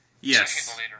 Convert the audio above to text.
Yes